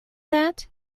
that